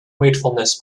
wakefulness